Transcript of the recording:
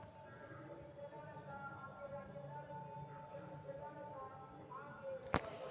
Mollusca ग्रह पर जानवरवन के सबसे विविध समूहन में से एक हई